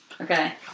Okay